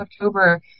October